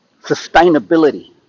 sustainability